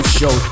Show